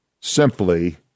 simply